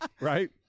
Right